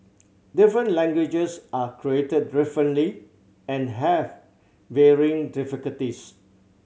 different languages are created differently and have varying difficulties